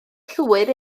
llwyr